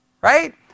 Right